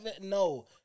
no